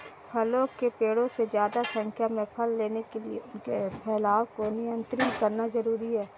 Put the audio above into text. फलों के पेड़ों से ज्यादा संख्या में फल लेने के लिए उनके फैलाव को नयन्त्रित करना जरुरी है